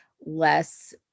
less